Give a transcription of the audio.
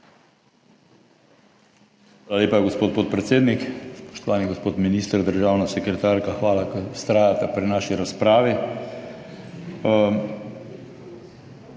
Hvala lepa, gospod podpredsednik. Spoštovani gospod minister, državna sekretarka. Hvala, ker vztrajate pri naši razpravi.